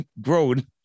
grown